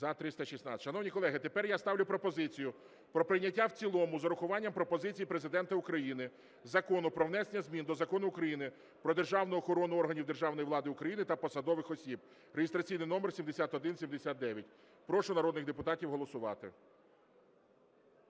За-316 Шановні колеги, тепер я ставлю пропозицію про прийняття в цілому з урахуванням пропозицій Президента України Закону про внесення змін до Закону України "Про державну охорону органів державної влади України та посадових осіб" (реєстраційний номер 7179). Прошу народних депутатів голосувати.